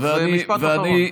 אז במשפט אחרון.